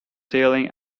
sailing